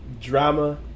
drama